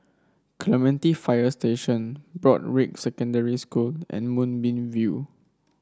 Clementi Fire Station Broadrick Secondary School and Moonbeam View